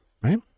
right